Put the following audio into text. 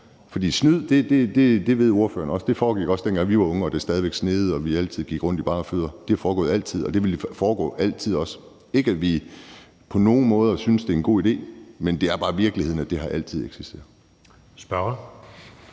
For snyd, det ved ordføreren også, foregik også, dengang vi var unge og det stadig væk sneede og vi altid gik rundt i bare fødder. Det har altid foregået, og det vil altid foregå. Det er ikke, fordi vi på nogen måde synes, det er en god idé, men det er bare virkeligheden, at det altid har eksisteret. Kl.